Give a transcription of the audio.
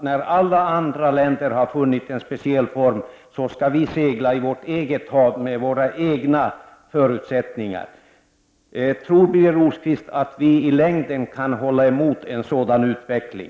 När alla andra länder har funnit en speciell form, skall vi då under våra egna förutsättningar segla i vårt eget hav? Tror Birger Rosqvist att vi i längden kan stå emot en sådan här utveckling?